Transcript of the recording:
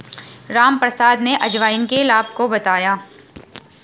रामप्रसाद ने अजवाइन के लाभ को बताया